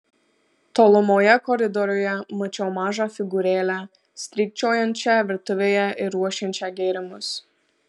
tolumoje koridoriuje mačiau mažą figūrėlę strykčiojančią virtuvėje ir ruošiančią gėrimus